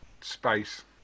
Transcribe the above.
space